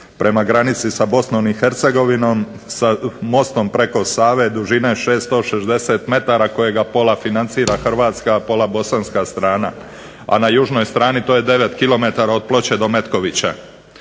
prema granici sa Bosnom i Hercegovinom, sa mostom preko Save dužine 660 metara kojega pola financira hrvatska, a pola bosanska strana, a na južnoj strani to je 9 kilometara od Ploče do Metkovića.